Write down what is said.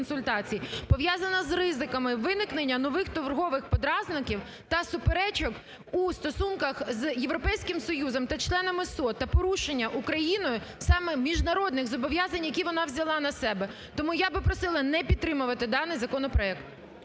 пов'язано з ризиками виникнення нових торгових подразників та суперечок у стосунках з Європейським Союзом та членами СОТ, та порушення Україною саме міжнародних зобов'язань, які вони взяла на себе. Тому я би просила не підтримувати даний законопроект.